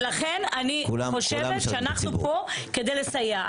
ולכן אני חושבת שאנחנו פה כדי לסייע.